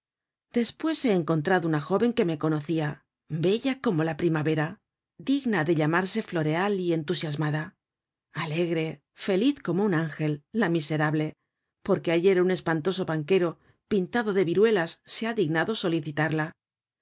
pluma despues he encontrado una jóven que me conocia bella como la primavera digna de llamarse floreal y entusiasmada alegre feliz como un ángel la miserable porque ayer un espantoso banquero pintado de viruelas se ha dignado solicitarla